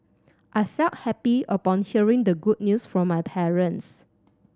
I felt happy upon hearing the good news from my parents